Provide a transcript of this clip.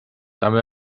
també